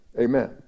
Amen